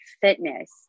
fitness